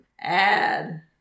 add